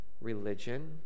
religion